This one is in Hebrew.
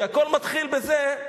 כי הכול מתחיל בזה,